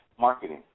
Marketing